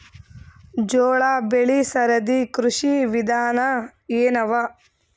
ಜೋಳ ಬೆಳಿ ಸರದಿ ಕೃಷಿ ವಿಧಾನ ಎನವ?